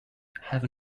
have